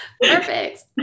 perfect